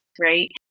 right